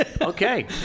Okay